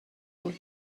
بود